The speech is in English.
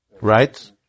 Right